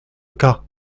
cas